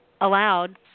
allowed